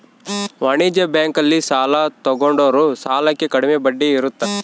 ವಾಣಿಜ್ಯ ಬ್ಯಾಂಕ್ ಅಲ್ಲಿ ಸಾಲ ತಗೊಂಡಿರೋ ಸಾಲಕ್ಕೆ ಕಡಮೆ ಬಡ್ಡಿ ಇರುತ್ತ